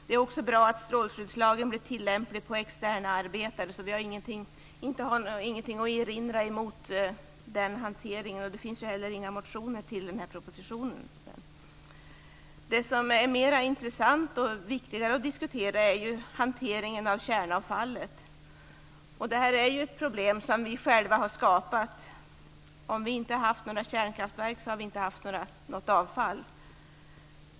Det är också bra att strålskyddslagen blir tillämplig på externa arbeten. Vi har ingenting att erinra mot den hanteringen, och det finns inte heller några motioner till propositionen. Det som är mera intressant och viktigare att diskutera är hanteringen av kärnavfallet. Det är ett problem som vi själva har skapat. Om vi inte hade haft några kärnkraftverk hade vi inte haft något avfall.